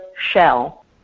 shell